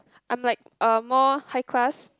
I'm like uh more high class